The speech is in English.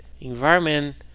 environment